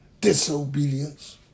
disobedience